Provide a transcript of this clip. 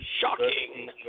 Shocking